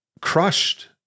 crushed